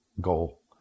goal